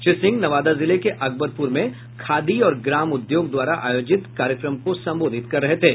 श्री सिंह नवादा जिले के अकबरपुर में खादी और ग्राम उद्योग द्वारा आयोजित कार्यक्रम को संबोधित कर रहे थे